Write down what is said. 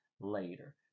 later